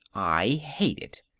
i hate it!